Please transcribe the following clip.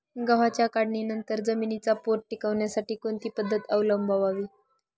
गव्हाच्या काढणीनंतर जमिनीचा पोत टिकवण्यासाठी कोणती पद्धत अवलंबवावी?